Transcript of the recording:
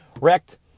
wrecked